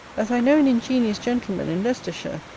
as i know an ingenious gentleman in leicestershire,